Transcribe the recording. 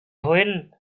when